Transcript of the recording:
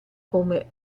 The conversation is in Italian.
come